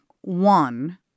one